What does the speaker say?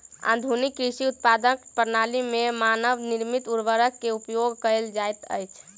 आधुनिक कृषि उत्पादनक प्रणाली में मानव निर्मित उर्वरक के उपयोग कयल जाइत अछि